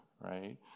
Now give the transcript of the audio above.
right